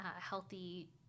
Healthy